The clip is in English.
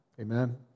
Amen